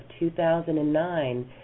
2009